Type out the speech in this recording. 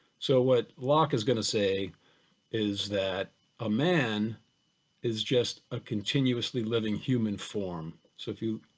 so what locke is going to say is that a man is just a continuously living human form, so if you,